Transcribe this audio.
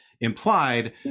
implied